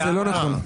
זה לא נכון.